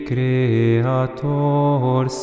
Creator